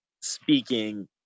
speaking